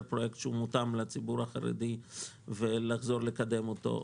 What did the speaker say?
פרויקט שמותאם לציבור החרדי ולחזור ולקדם אותו,